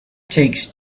takes